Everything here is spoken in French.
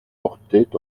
portait